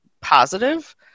positive